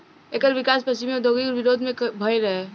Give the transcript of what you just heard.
एकर विकास पश्चिमी औद्योगिक विरोध में भईल रहे